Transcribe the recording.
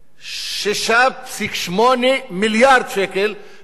6.8 מיליארד שקלים היו על חשבון השכבות החלשות.